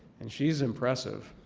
and she is impressive.